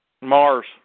Mars